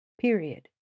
period